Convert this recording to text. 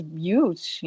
huge